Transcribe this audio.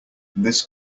this